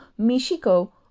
Michiko